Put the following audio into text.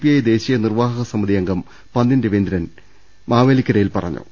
I ദേശീയ നിർവാ ഹക സമിതി അംഗം പന്ന്യൻ രവീന്ദ്രൻ മാവേലിക്കരയിൽ പറഞ്ഞു